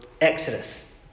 Exodus